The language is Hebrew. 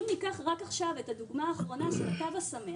אם ניקח רק את הדוגמה האחרונה של "התו השמח",